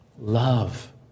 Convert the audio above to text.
love